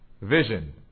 vision